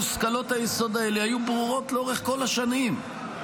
שמושכלות היסוד האלה היו ברורות לאורך כל השנים,